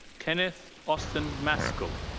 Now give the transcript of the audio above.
kenneth austin maskell.